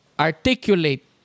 Articulate